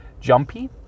jumpy